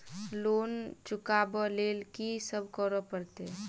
Loan चुका ब लैल की सब करऽ पड़तै?